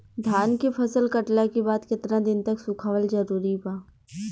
धान के फसल कटला के बाद केतना दिन तक सुखावल जरूरी बा?